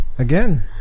Again